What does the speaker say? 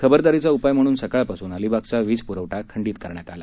खबरदारीचा उपाय म्हणून सकाळपासून अलिबागचा वीज पुरवठा खंडित करण्यात आला